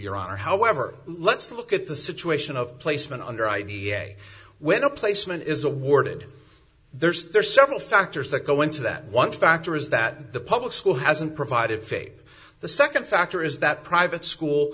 your honor however let's look at the situation of placement under i d s when a placement is awarded there's there are several factors that go into that one factor is that the public school hasn't provided faith the second factor is that private school